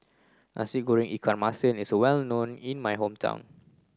Nasi Goreng Ikan Masin is well known in my hometown